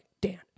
Dan